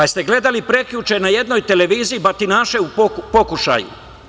Jeste li gledali prekjuče na jednoj televiziji batinaše u pokušaju?